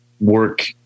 work